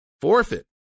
forfeit